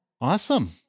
Awesome